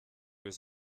his